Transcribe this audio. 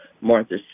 Martha